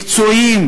מקצועיים